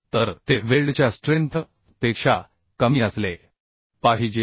तर ते वेल्डच्या स्ट्रेंथ पेक्षा कमी असले पाहिजे